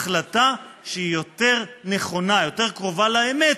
החלטה שהיא יותר נכונה, יותר קרובה לאמת,